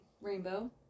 Rainbow